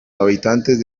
habitantes